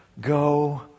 go